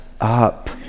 up